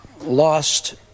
lost